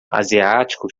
asiático